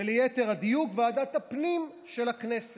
וליתר הדיוק, ועדת הפנים של הכנסת.